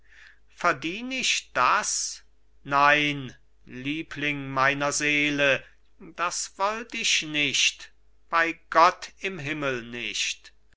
verdien ich das nein liebling meiner seele das wollt ich nicht bei gott im himmel nicht